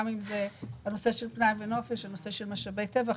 משאבי טבע,